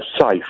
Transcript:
safe